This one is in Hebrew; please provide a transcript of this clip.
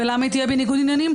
ולמה היא תהיה בניגוד עניינים?